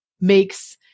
makes